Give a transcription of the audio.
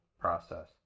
process